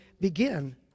begin